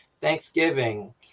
thanksgiving